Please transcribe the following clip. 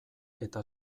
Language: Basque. eta